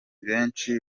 benshi